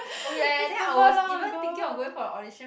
oh ya ya then I was even thinking of going for the audition